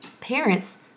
parents